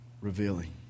revealing